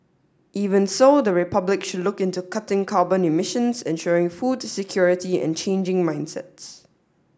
even so the Republic should look into cutting carbon emissions ensuring food security and changing mindsets